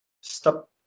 stop